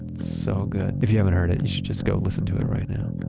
so good. if you haven't heard it, you should just go listen to it right now.